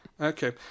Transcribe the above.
Okay